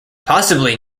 possibly